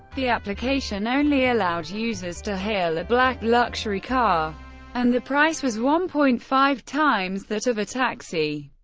the application only allowed users to hail a black luxury car and the price was one point five times that of a taxi.